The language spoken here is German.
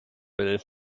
will